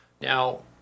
Now